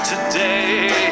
Today